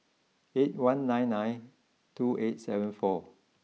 eight one nine nine two eight seven four